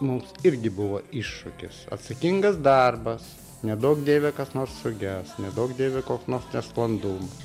mums irgi buvo iššūkis atsakingas darbas neduok dieve kas nors suges neduok dieve koks nors nesklandumas